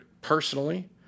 personally